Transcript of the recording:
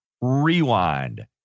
rewind